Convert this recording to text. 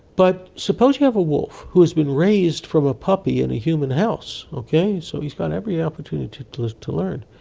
but suppose you have a wolf who has been raised from a puppy in a human house, so he's got every opportunity to to learn,